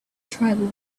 tribal